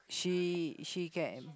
she she get